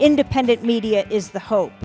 independent media is the hope